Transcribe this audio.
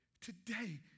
Today